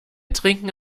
trinken